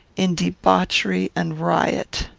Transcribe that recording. in debauchery and riot.